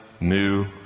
new